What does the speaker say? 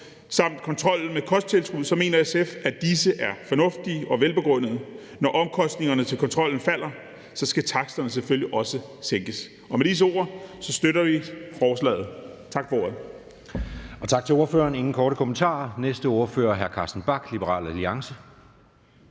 samt kontrollen med kosttilskud mener SF, at disse er fornuftige og velbegrundede. Når omkostningerne til kontrollen falder, skal taksterne selvfølgelig også sænkes. Med disse ord støtter vi forslaget. Tak for ordet. Kl. 09:09 Den fg. formand (Jeppe Søe): Tak til ordføreren. Der er ingen korte bemærkninger. Næste ordfører er hr. Carsten Bach, Liberal Alliance.